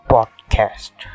Podcast